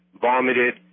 vomited